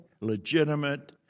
legitimate